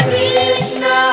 Krishna